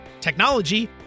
technology